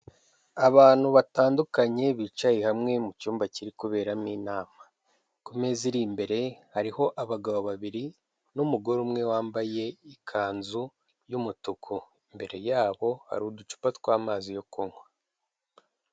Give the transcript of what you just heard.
Abantu batandukanye bicaye hamwe mu cyumba kiri kuberamo inama, ku mezi iri imbere hariho abagabo babiri n'umugore umwe wambaye ikanzu y'umutuku, imbere yabo hari uducupa tw'amazi yo kunywa.